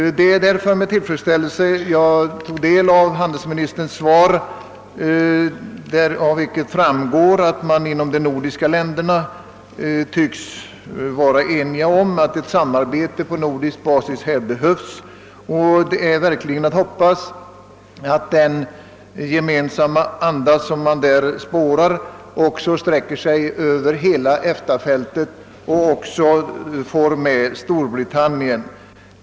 Det är därför med tillfredsställelse jag har tagit del av handelsministerns svar, av vilket framgår att man inom de nordiska länderna tycks vara enig om att ett samarbete på nordisk basis härvidlag behövs. Det är verkligen att hoppas att den gemensamhetsanda som här kan spåras sträcker sig över hela EFTA fältet och att alltså även Storbritannien innefattas.